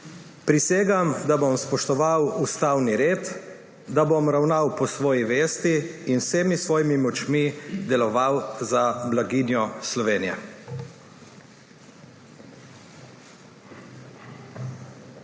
Prisegam, da bom spoštoval ustavni red, da bom ravnal po svoji vesti in z vsemi svojimi močmi deloval za blaginjo Slovenije.